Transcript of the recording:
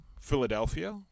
Philadelphia